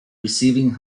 receiving